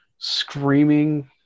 Screaming